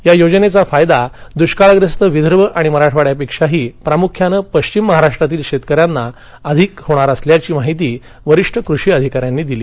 या योजनेचा फायदा दृष्काळग्रस्त विदर्भ आणि मराठवाड्यापेक्षाही प्रामुख्यानं पश्चिम महाराष्ट्रातील शेतकऱ्यांना अधिक होणार असल्याची माहिती वरिष्ठ कृषी अधिकाऱ्यांनी दिली